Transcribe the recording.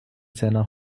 seiner